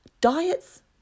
Diets